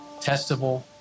testable